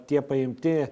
tie paimti